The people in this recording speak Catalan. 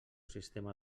sistema